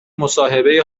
مصاحبه